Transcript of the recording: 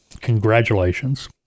Congratulations